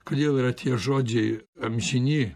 kodėl yra tie žodžiai amžini